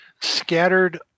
Scattered